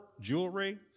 jewelry